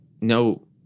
no